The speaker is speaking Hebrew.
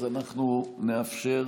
אז אנחנו נאפשר,